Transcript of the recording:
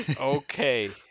Okay